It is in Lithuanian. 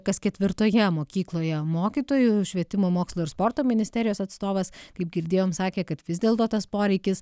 kas ketvirtoje mokykloje mokytojų švietimo mokslo ir sporto ministerijos atstovas kaip girdėjom sakė kad vis dėlto tas poreikis